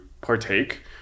partake